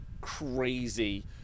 crazy